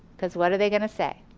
cause what are they gonna say?